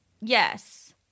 Yes